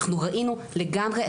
אנחנו ראינו לגמרי,